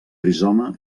rizoma